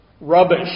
rubbish